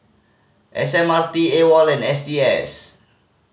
S M R T AWOL and S T S